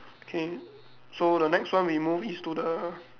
K so the next one we move is to the